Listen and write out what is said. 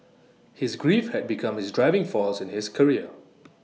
his grief had become his driving force in his career